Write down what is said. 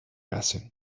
hacen